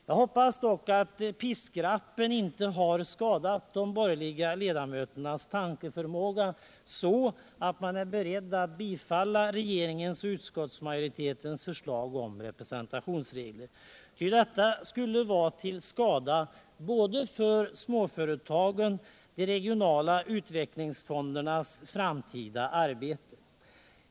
Jag hoppas dock att piskrappen inte har skadat de borgerliga ledamöternas tankeförmåga så att de är beredda att bifalla regeringens och utskottsmajoritetens förslag om representationsregler, ty detta skulle vara till skada både för småföretagen och för de regionala utvecklingsfondernas framtida arbete.